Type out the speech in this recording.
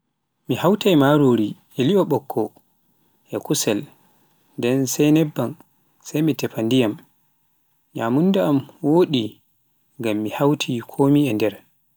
mi hauwai marori, e li'o bokko e kussel nden e nebban sai mi teffa ndiyam, nyamunda an wodi ngam mi hawti komi e nder,